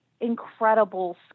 incredible